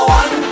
one